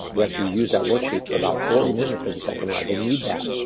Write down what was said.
we actually use that worksheet for about forty minutes of the second hour. they need that.